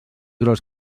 gros